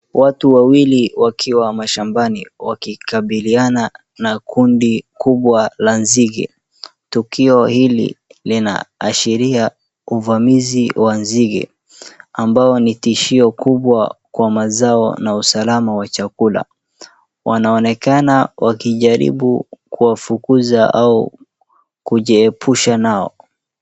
Watu wawili wakiwa mashambani wakikabiliana na kundi kubwa la nzige tukio hili linaashiria uvamizi wa nzige ambao ni tishio kubwa kwa mazao na wa usalama chakula .Wanaonekana wakijaribu kuwafukuza ao kujiepusha nao.